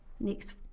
next